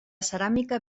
ceràmica